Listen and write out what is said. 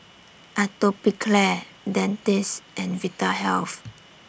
Atopiclair Dentiste and Vitahealth